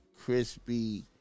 crispy